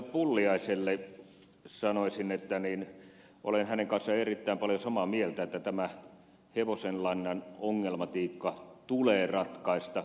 pulliaiselle sanoisin että olen hänen kanssaan erittäin paljon samaa mieltä että tämä hevosenlannan ongelmatiikka tulee ratkaista